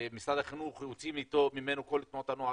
משרד החינוך הוציא את כל תנועות הנוער.